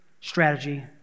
strategy